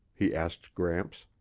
he asked gramps.